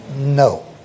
No